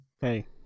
Hey